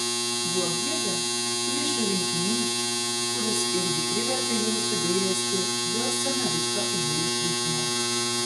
blogietė klišių rinkinys kuris irgi privertė jausti gailesti dėl scenaristo idėjų trūkumo